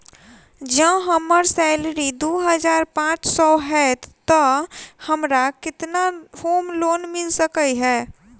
जँ हम्मर सैलरी दु हजार पांच सै हएत तऽ हमरा केतना होम लोन मिल सकै है?